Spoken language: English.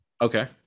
Okay